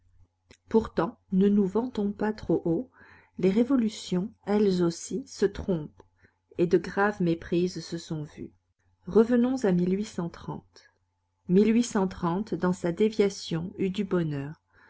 pourtant ne nous vantons pas trop haut les révolutions elles aussi se trompent et de graves méprises se sont vues revenons à dans sa déviation eut du bonheur